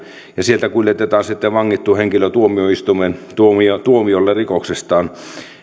ja sieltä kuljetetaan sitten vangittu henkilö tuomioistuimeen tuomiolle tuomiolle rikoksestaan